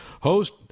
host